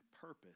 purpose